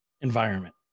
environment